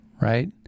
right